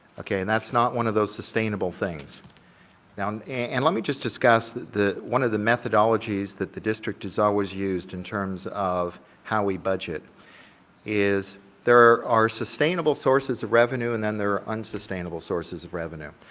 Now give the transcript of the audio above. okay, and that's not one of those sustainable things now, and let me just discuss the the one of the methodologies that the district has always used in terms of how we budget is there are are sustainable sources of revenue and then there are unsustainable sources of revenue.